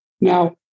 Now